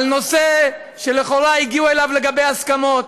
על נושא שלכאורה הגיעו לגביו להסכמות,